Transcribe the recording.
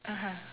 (uh huh)